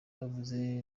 yavuze